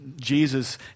Jesus